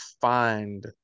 find